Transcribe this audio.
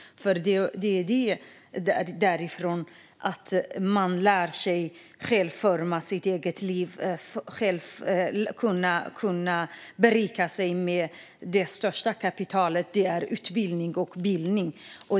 Det är där man lär sig att forma sitt eget liv och att berika sig med det största kapitalet: utbildning och bildning.